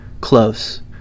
close